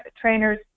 trainers